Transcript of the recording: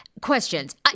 Questions